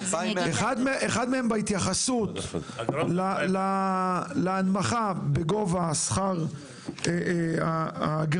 אחד מהם בהתייחסות להנמכה בגובה שכר האגרה,